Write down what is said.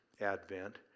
Advent